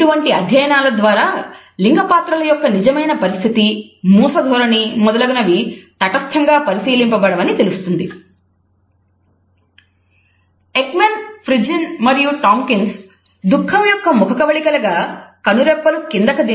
ఇటువంటి అధ్యయనాల ద్వారా లింగ పాత్రల యొక్క నిజమైన పరిస్థితి మూస ధోరణి మొదలగునవి తటస్థంగా పరిశీలింపబడవని తెలుస్తున్నది